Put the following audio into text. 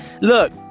Look